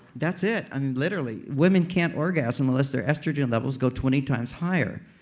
that's it. and literally women can't orgasm unless their estrogen levels go twenty times higher.